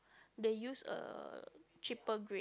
they use a cheaper grade